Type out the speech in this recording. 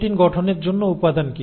protein গঠনের জন্য উপাদান কি